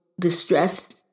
distressed